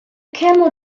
camel